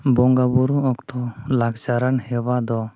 ᱵᱚᱸᱜᱟ ᱵᱩᱨᱩ ᱚᱠᱛᱚ ᱞᱟᱠᱪᱟᱨᱟᱱ ᱦᱮᱣᱟ ᱫᱚ